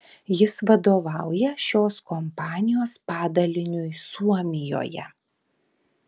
jis vadovauja šios kompanijos padaliniui suomijoje